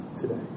today